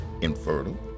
infertile